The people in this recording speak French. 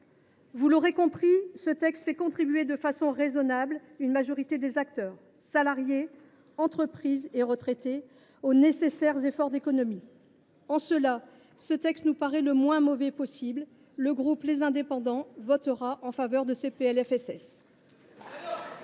Vous l’aurez compris, ce texte fait contribuer de façon raisonnable une majorité des acteurs – salariés, entreprises et retraités – aux nécessaires efforts d’économies. En cela, il nous paraît le moins mauvais possible. Le groupe Les Indépendants – République et